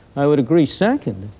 i would agree, second,